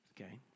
okay